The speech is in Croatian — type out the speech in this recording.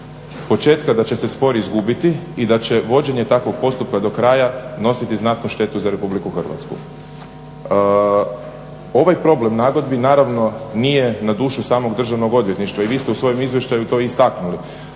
početka da će se spor izgubiti i da će vođenje takvog postupka do kraja nositi znatnu štetu za Republiku Hrvatsku. Ovaj problem nagodbi naravno nije na dušu samog Državnog odvjetništva i vi ste u svojem izvještaju to istaknuli.